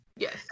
Yes